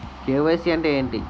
KYC అంటే ఏంటి?